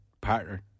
partner